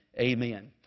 amen